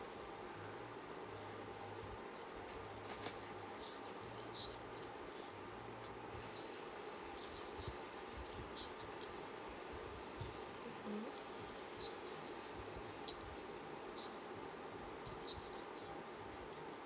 mmhmm